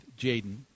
Jaden